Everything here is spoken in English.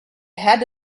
had